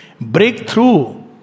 breakthrough